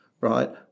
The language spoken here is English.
right